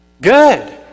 Good